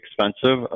expensive